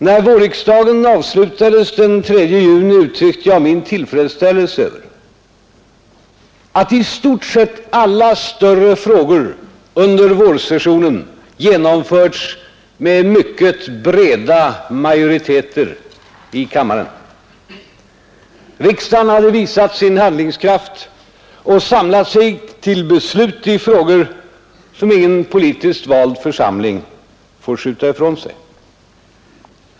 När vårriksdagen avslutades den 3 juni uttryckte jag min tillfredsställelse över att i stort sett alla större frågor under vårsessionen genomförts med mycket breda majoriteter i kammaren. Riksdagen hade visat sin handlingskraft och samlat sig till beslut i frågor som ingen politiskt vald församling får skjuta ifrån sig.